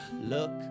look